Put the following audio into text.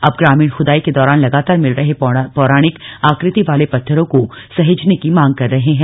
अब ग्रामीण खुदाई के दौरान लगातार मिल रहे पौराणिक आकृति वाले पत्थरों को सहेजने की मांग कर रहे है